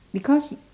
because